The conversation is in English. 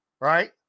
right